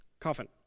coffin